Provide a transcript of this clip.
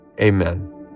Amen